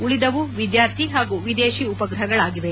ಉಳಿದವು ವಿದ್ಯಾರ್ಥಿ ಹಾಗೂ ವಿದೇಶಿ ಉಪಗ್ರಹಗಳಾಗಿವೆ